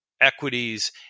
equities